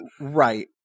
Right